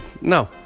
no